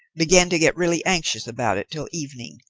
begin to get really anxious about it till evening.